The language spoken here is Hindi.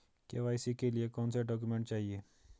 के.वाई.सी के लिए कौनसे डॉक्यूमेंट चाहिये?